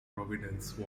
providence